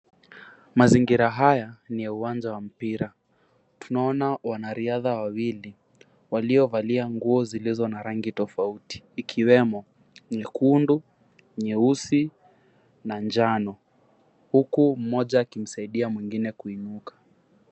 Mazingira haya ni ya uwanja wa mpira tunaona wanariadha wawili waliovalia nguo zilizo na rangi tofauti ikiwemo nyekundu, nyeusi na njano huku mmoja akimsaidia mwengine kuinuka.